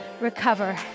Recover